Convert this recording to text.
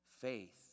Faith